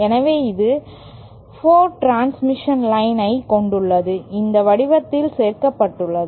எனவே இது 4 transmission line ஐ கொண்டுள்ளது இந்த வடிவத்தில் சேர்க்கப்பட்டுள்ளது